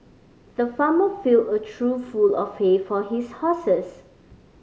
the farmer filled a trough full of hay for his horses